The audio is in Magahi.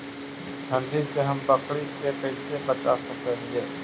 ठंडी से हम बकरी के कैसे बचा सक हिय?